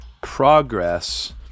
progress